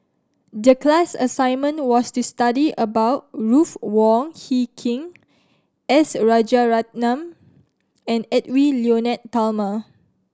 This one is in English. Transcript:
the class assignment was to study about Ruth Wong Hie King S Rajaratnam and Edwy Lyonet Talma